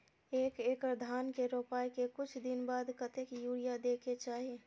एक एकड़ धान के रोपाई के कुछ दिन बाद कतेक यूरिया दे के चाही?